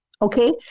Okay